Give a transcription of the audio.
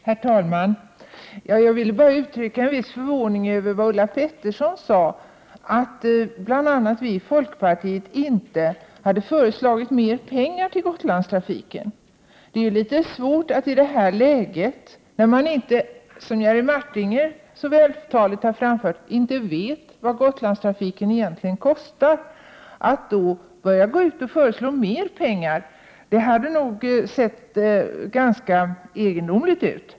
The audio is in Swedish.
Herr talman! Jag vill bara uttrycka en viss förvåning över vad Ulla Pettersson sade. Hon talade om att bl.a. vi i folkpartiet inte hade föreslagit mer pengar för Gotlandstrafiken. Men det är ju litet svårt att i det här läget föreslå mer pengar när man — som Jerry Martinger så vältaligt framhöll — inte vet vad Gotlandstrafiken egentligen kostar. Det skulle ju ha sett ganska egendomligt ut.